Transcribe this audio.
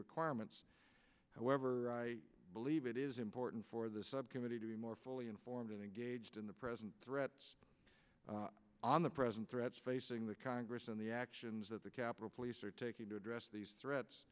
requirements however i believe it is important for the subcommittee to be more fully informed and engaged in the present threat on the present threats facing the congress and the actions that the capitol police are taking to address these threats